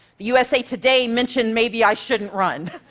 usa today mentioned maybe i shouldn't run.